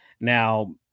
Now